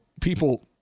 people